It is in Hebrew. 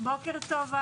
בוקר טוב,